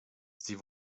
sie